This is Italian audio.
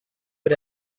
per